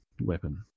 weapon